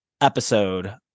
episode